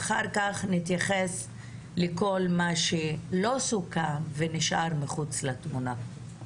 לאחר מכן נתייחס לכל מה שלא סוכם ונשאר מחוץ לתמונה.